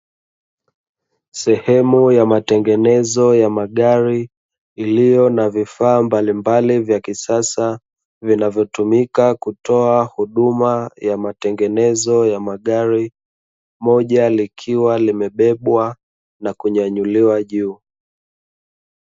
Sehemu ya matengenezo ya magari, iliyo na vifaa mbalimbali vya kisasa, vinavyotumika kutoa huduma ya matengenezo ya magari, moja likiwa limebebwa na kunyanyuliwa juu.